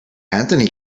anthony